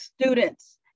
students